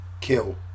kill